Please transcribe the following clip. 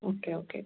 okay okay